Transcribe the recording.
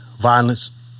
violence